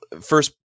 first